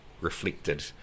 reflected